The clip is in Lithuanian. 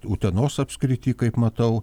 utenos apskrity kaip matau